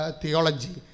theology